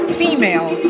female